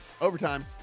Overtime